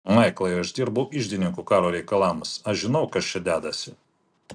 maiklai aš dirbau iždininku karo reikalams aš žinau kas čia dedasi